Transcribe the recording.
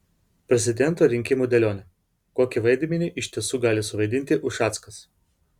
prezidento rinkimų dėlionė kokį vaidmenį iš tiesų gali suvaidinti ušackas